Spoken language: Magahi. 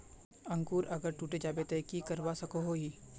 अंकूर अगर टूटे जाबे ते की करवा सकोहो ही?